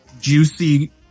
juicy